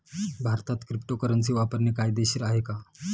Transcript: भारतात क्रिप्टोकरन्सी वापरणे कायदेशीर आहे का?